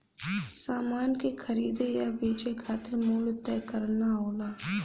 समान के खरीदे या बेचे खातिर मूल्य तय करना होला